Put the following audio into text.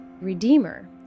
Redeemer